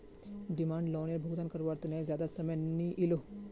demand लोअनेर भुगतान कारवार तने ज्यादा समय नि इलोह